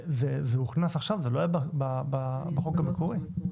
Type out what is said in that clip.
זה הוכנס עכשיו, זה לא היה בחוק המקורי.